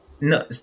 no